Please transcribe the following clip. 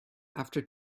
after